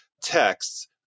texts